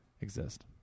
exist